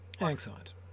Excellent